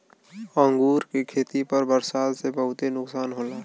अंगूर के खेती पर बरसात से बहुते नुकसान होला